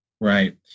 Right